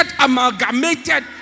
amalgamated